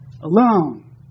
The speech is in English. alone